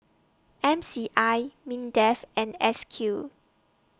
M C I Mindef and S Q